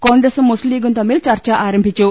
കോൺഗ്രസും മുസ്ലിംലീഗും തമ്മിൽ ചർച്ച ആരംഭിച്ചു